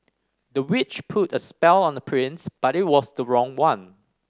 the witch put a spell on the prince but it was the wrong one